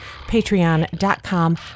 patreon.com